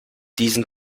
diesen